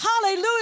Hallelujah